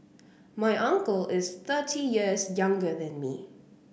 my uncle is thirty years younger than me